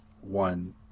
one